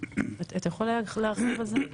אתה יכול להרחיב על זה?